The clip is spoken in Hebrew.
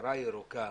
המשטרה הירוקה,